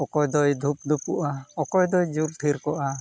ᱚᱠᱚᱭ ᱫᱚᱭ ᱫᱷᱩᱯᱫᱷᱩᱯᱩᱜᱼᱟ ᱚᱠᱚᱭᱫᱚᱭ ᱡᱩᱞ ᱛᱷᱤᱨᱠᱚᱜᱼᱟ